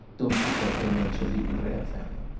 don quixote mentions the urrea family.